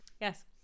Yes